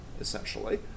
essentially